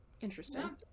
Interesting